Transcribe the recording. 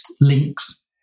links